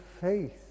faith